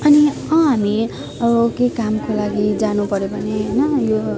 अनि अँ हामी अब केही कामको लागि जानुपर्यो भने होइन यो